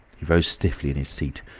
he rose stiffly in his seat.